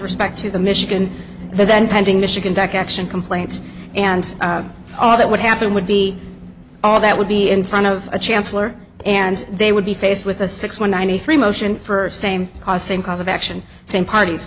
respect to the michigan then pending michigan back action complaint and all that would happen would be all that would be in front of a chancellor and they would be faced with a six one ninety three motion for same cause same cause of action same parties